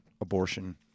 Abortion